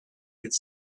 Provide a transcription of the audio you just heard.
could